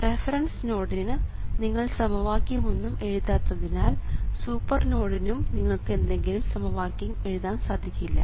reference നോഡിന് നിങ്ങൾ സമവാക്യം ഒന്നും എഴുതാത്തതിനാൽ സൂപ്പർ നോഡിനും നിങ്ങൾക്ക് ഏതെങ്കിലും സമവാക്യം എഴുതാൻ സാധിക്കില്ല